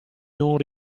non